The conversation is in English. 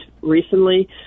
recently